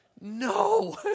No